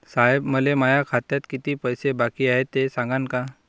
साहेब, मले माया खात्यात कितीक पैसे बाकी हाय, ते सांगान का?